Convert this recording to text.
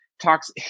talks